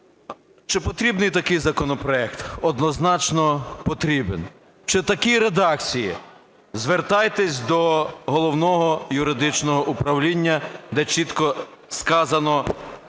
чи потрібний такий законопроект? Однозначно потрібен. Чи в такій редакції? Звертайтесь до Головного юридичного управління, де чітко сказано,